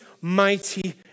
mighty